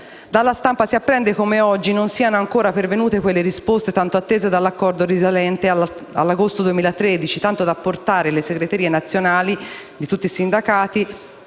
Dalla stampa si apprende come, ad oggi, non siano ancora pervenute quelle risposte tanto attese dall'accordo risalente all'agosto 2013, tanto da portare le segreterie nazionali di tutti i sindacati,